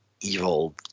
evil